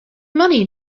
money